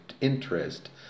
interest